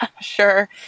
Sure